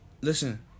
Listen